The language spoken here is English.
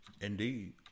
indeed